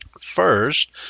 First